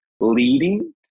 leading